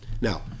Now